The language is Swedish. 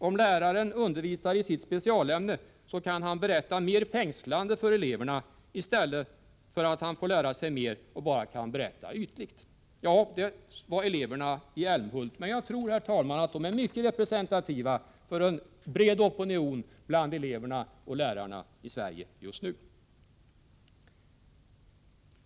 Om läraren undervisar i sitt specialämne, så kan han berätta mer fängslande för eleverna i stället för att han får lära sig mer och bara kan berätta ytligt.” Ja, det gällde alltså eleverna i Älmhult. Men jagtror, herr talman, att de är mycket representativa för en bred opinion bland eleverna och lärarna i Sverige just nu.